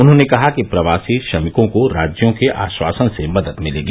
उन्होंने कहा कि प्रवासी श्रमिकों को राज्यों के आश्वासन से मदद मिलेगी